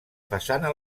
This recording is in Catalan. façana